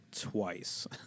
twice